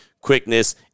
quickness